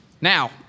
Now